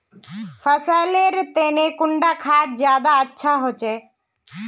फसल लेर तने कुंडा खाद ज्यादा अच्छा होचे?